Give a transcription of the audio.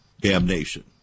damnation